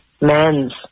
Men's